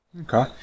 Okay